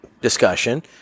discussion